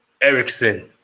Ericsson